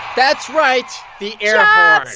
that's right, the air um